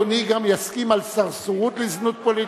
האם אדוני גם יסכים על סרסרות לזנות פוליטית?